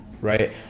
Right